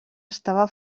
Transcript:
estava